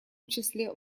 числе